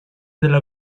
della